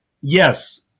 Yes